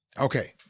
Okay